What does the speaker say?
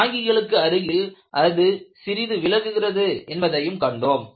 தாங்கிகளுக்கு அருகில் அது சிறிது விலகுகிறது என்பதையும் கண்டோம்